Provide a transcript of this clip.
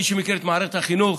מי שמכיר את מערכת החינוך,